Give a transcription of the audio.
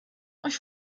ich